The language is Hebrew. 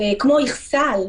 כמו איכסאל,